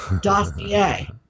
dossier